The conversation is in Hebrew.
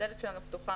הדלת שלנו פתוחה,